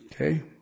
Okay